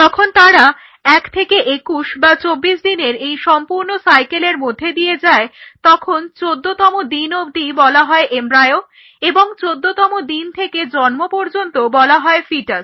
যখন তারা 1 থেকে 21 বা 24 দিনের এই সম্পূর্ণ সাইকেলের মধ্যে দিয়ে যায় তখন 14 তম দিন অবধি বলা হয় এমব্রায়ো এবং 14 তম দিন থেকে জন্ম পর্যন্ত বলা হয় ফিটাস